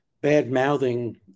bad-mouthing